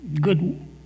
good